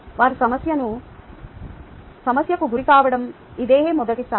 వారు సమస్యకు గురికావడం ఇదే మొదటిసారి